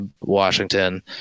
Washington –